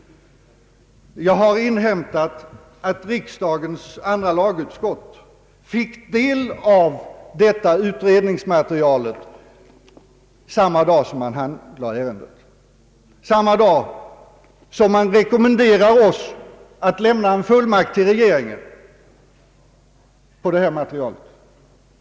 Jag har inhämtat att riksdagens andra lagutskott fick del av detta utredningsmaterial samma dag som utskottet handlade ärendet, d.v.s. samma dag som utskottet rekommenderade oss att lämna en fullmakt till regeringen i detta avseende.